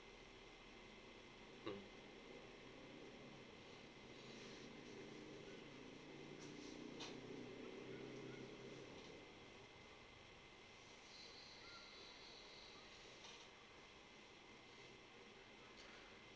mm